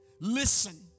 listen